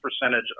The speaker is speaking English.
percentage